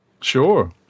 Sure